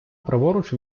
праворуч